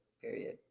Period